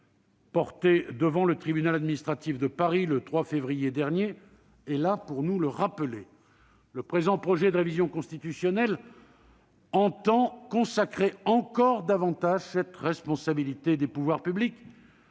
portée devant le tribunal administratif de Paris le 3 février dernier est là pour nous le rappeler. Le présent projet de révision constitutionnelle entend consacrer encore davantage cette responsabilité des pouvoirs publics,